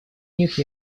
них